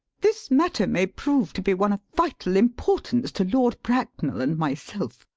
this matter may prove to be one of vital importance to lord bracknell and myself.